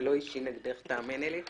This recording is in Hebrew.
זה לא אישי נגדך תאמיני לי.